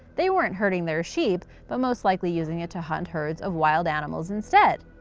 they weren't herding their sheep but most likely using it to hunt herds of wild animals instead.